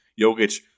Jokic